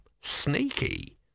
Sneaky